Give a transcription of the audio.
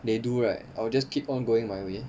they do right I will just keep on going my way